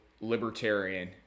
libertarian